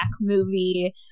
movie